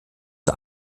zur